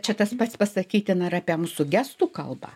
čia tas pats pasakytina ir apie mūsų gestų kalbą